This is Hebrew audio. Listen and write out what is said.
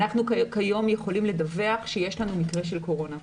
כיום אנחנו יכולים לדווח שיש לנו מקרה של קורונה.